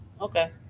Okay